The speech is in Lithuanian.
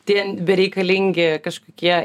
tie bereikalingi kažkokie